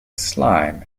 slime